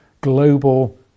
global